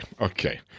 okay